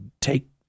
take